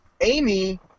Amy